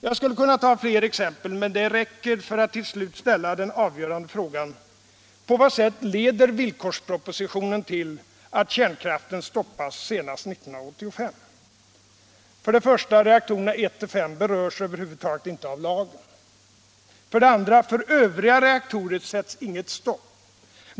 Jag skulle kunna ta fram fler exempel men detta räcker för att till slut ställa den avgörande frågan: På vad sätt leder villkorspropositionen till att kärnkraften stoppas senast 1985? 1. Reaktorerna 1-5 berörs över huvud taget inte av lagen. 2. För övriga reaktorer sätts inget stopp.